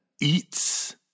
eats